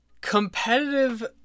competitive